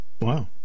Wow